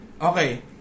Okay